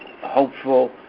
hopeful